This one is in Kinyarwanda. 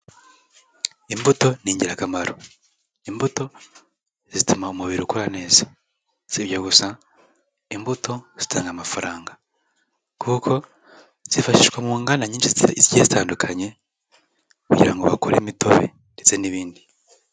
Imbuto ni ingirakamaro, imbuto zituma umubiri ukora neza, si ibyo gusa imbuto zitanga amafaranga kuko zifashishwa mu nganda nyinshi zigiye zitandukanye kugira ngo bakore imitobe ndetse n'ibindi.